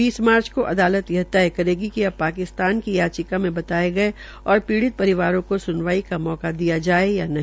बीस मार्च को अदालत यह तय करेगी कि अब पाकिस्तान की याचिका में बताये गये और पीडिय़ परिवारों को सुनवाई का मौका दिया जाये या नहीं